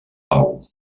pau